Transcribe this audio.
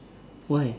why